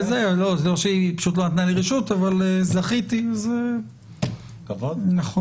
זה לא שהיא לא נתנה לי רשות אבל זה הכי התאים.